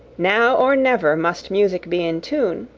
now or never must music be in tune,